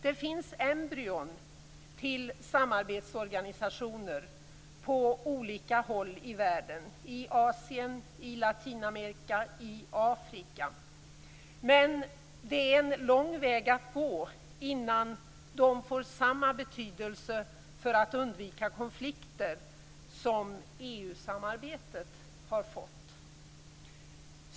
Det finns embryon till samarbetsorganisationer på olika håll i världen, i Asien, i Latinamerika och i Afrika. Men det är en lång väg att gå innan de får samma betydelse för att undvika konflikter som EU-samarbetet har fått.